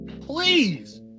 Please